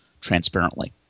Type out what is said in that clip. transparently